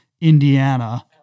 Indiana